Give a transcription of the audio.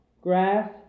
grass